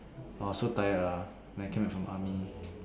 I was so tired ah when I came back from army